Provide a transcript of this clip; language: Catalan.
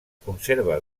conserva